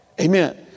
Amen